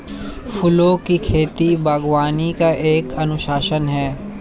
फूलों की खेती, बागवानी का एक अनुशासन है